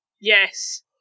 Yes